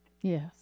Yes